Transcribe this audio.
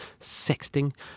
sexting